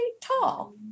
tall